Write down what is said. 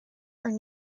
are